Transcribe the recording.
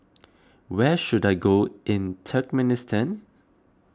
where should I go in Turkmenistan